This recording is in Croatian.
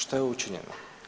Što je učinjeno?